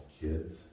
kids